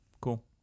cool